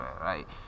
right